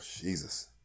Jesus